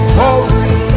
holy